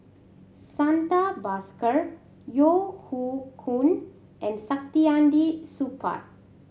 Santha Bhaskar Yeo Hoe Koon and Saktiandi Supaat